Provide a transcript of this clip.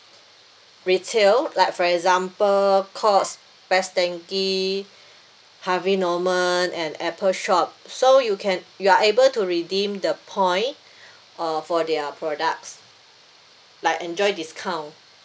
retail like for example Courts Best Denki Harvey Norman and Apple shop so you can you are able to redeem the point uh for their products like enjoy discount